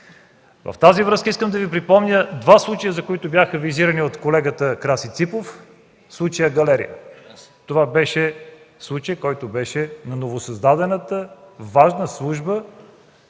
с това искам да Ви припомня два случая, които бяха визирани от колегата Краси Ципов. Случаят „Галерия”. Това беше случай, който беше на новосъздадената важна служба